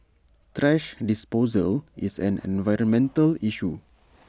thrash disposal is an environmental issue